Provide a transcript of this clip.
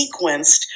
sequenced